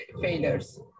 Failures